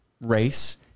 race